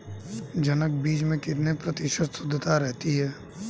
जनक बीज में कितने प्रतिशत शुद्धता रहती है?